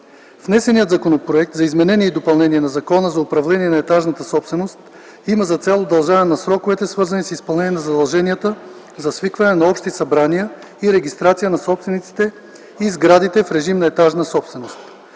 Внесеният Законопроект за изменение и допълнение на Закона за управление на етажната собственост има за цел удължаване на сроковете, свързани с изпълнение на задълженията за свикване на общи събрания и регистрация на собствениците и сградите в режим на етажна собственост.